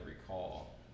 recall